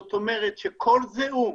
כלומר כל זיהום